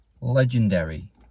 Legendary